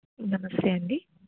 నమస్తే అండీ